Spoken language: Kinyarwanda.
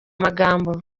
magambo